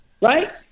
Right